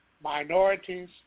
Minorities